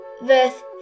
verse